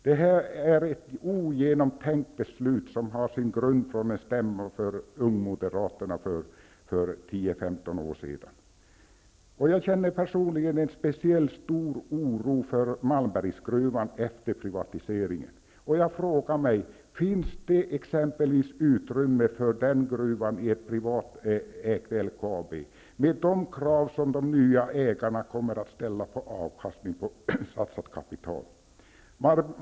Beslutet var ogenomtänkt och grundade sig på en stämma hos ungmoderaterna för 10--15 år sedan. Jag känner efter privatiseringen en speciellt stor oro för Malmbergsgruvan. Jag frågar mig: Finns det exempelvis utrymme för Malmbergsgruvan i ett privatägt LKAB med de krav som de nya ägarna kommer att ställa på avkastning på satsat kapital?